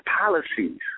policies